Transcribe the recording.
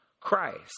Christ